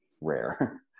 rare